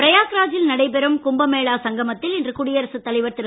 பிரயாக்ராஜி ல் நடைபெறும் கும்பமேளாவில் சங்கமத்தில் இன்று குடியரசுத் தலைவர் திரு